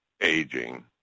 aging